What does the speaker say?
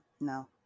No